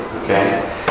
Okay